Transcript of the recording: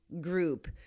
group